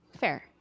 fair